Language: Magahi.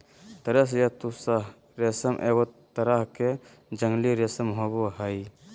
तसर या तुसह रेशम एगो तरह के जंगली रेशम होबो हइ